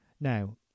Now